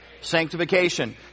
Sanctification